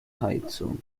heizung